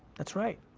that's right.